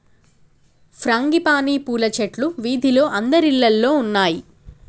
frangipani పూల చెట్లు వీధిలో అందరిల్లల్లో ఉన్నాయి